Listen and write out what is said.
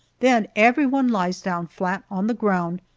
then everyone lies down flat on the ground,